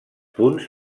punts